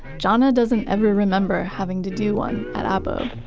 jana doesn't ever remember having to do one at abo